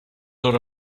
sort